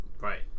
right